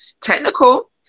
technical